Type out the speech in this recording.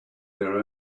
their